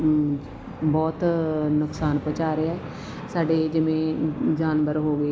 ਬਹੁਤ ਨੁਕਸਾਨ ਪਹੁੰਚਾ ਰਿਹਾ ਸਾਡੇ ਜਿਵੇਂ ਜਾਨਵਰ ਹੋ ਗਏ ਕੁੱਤੇ ਹੋ ਗਏ